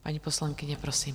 Paní poslankyně, prosím.